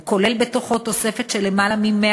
הוא כולל בתוכו תוספת של למעלה מ-100